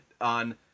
on